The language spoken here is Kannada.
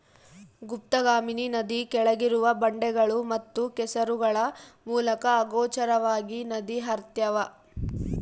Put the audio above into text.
ಗುಪ್ತಗಾಮಿನಿ ನದಿ ಕೆಳಗಿರುವ ಬಂಡೆಗಳು ಮತ್ತು ಕೆಸರುಗಳ ಮೂಲಕ ಅಗೋಚರವಾಗಿ ನದಿ ಹರ್ತ್ಯಾವ